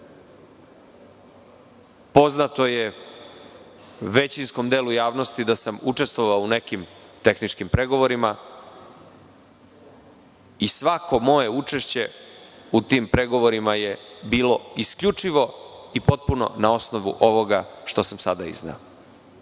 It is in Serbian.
Srbije. Poznato je većinskom delu javnosti da sam učestvovao u nekim tehničkim pregovorima i svako moje učešće u tim pregovorima je bilo isključivo i potpuno na osnovu ovoga što sam sada izneo.